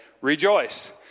rejoice